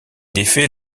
défait